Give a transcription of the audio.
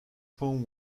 poem